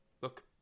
Look